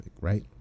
right